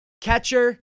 Catcher